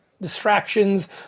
distractions